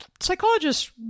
psychologists